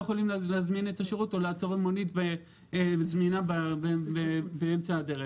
יכולים להזמין את השירות או לעצור מונית זמינה באמצע הדרך.